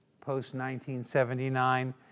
post-1979